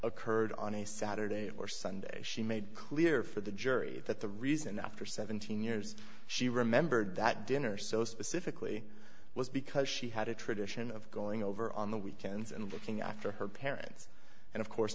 occurred on a saturday or sunday she made clear for the jury that the reason after seventeen years she remembered that dinner so specifically was because she had a tradition of going over on the weekends and looking after her parents and of course